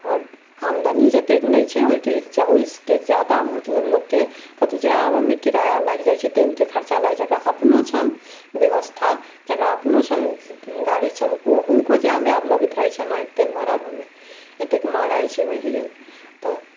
आओर आमदनी जतेक नहि छै ओहिके जादा मतलब लोकके कतौ जाय आबै मे किराया लागि जाइ छै तेल के खर्चा लागि जिनका अपनो छनि व्यवस्था जेकरा अपनो छनि गाड़ी छनि हुनको जाय मे लगैत रहै छनि आब तेल भराबऽ मे एतेक महगाइ छै बैढ गेल तऽ